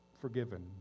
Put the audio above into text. forgiven